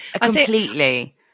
Completely